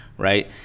Right